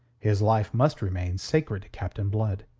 his life must remain sacred to captain blood.